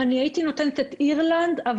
הייתי נותנת את אירלנד כדוגמה,